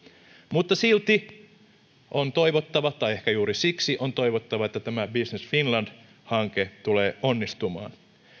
mutta silti on toivottava tai ehkä juuri siksi on toivottava että tämä business finland hanke tulee onnistumaan